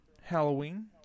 halloween